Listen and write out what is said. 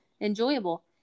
enjoyable